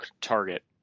Target